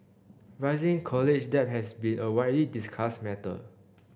rising college debt has been a widely discussed matter